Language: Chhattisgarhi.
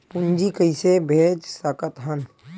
पूंजी कइसे भेज सकत हन?